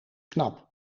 knap